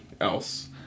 else